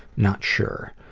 not sure.